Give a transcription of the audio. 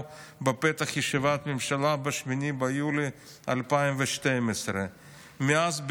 בפתח ישיבת ממשלה ב-8 ביולי 2012. מאז,